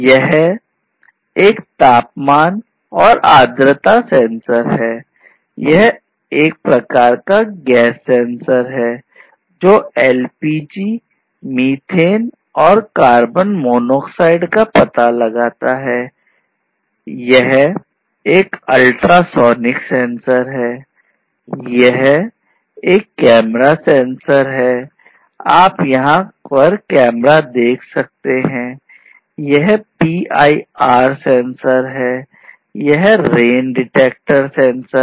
यह एक तापमान और आर्द्रता डिटेक्टर सेंसर है